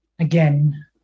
Again